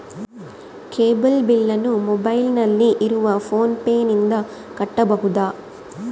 Cable ಬಿಲ್ಲನ್ನು ಮೊಬೈಲಿನಲ್ಲಿ ಇರುವ ಫೋನ್ ಪೇನಿಂದ ಕಟ್ಟಬಹುದಾ?